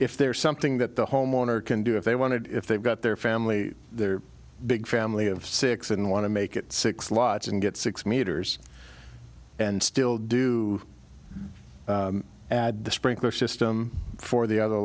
if there's something that the homeowner can do if they wanted if they got their family their big family of six and want to make it six lots and get six meters and still do add the sprinkler system for the other